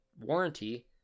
warranty